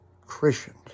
Christians